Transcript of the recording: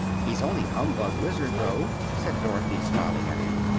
he's only a humbug wizard, though, said dorothy, smiling at him.